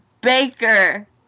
Baker